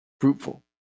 fruitful